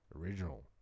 original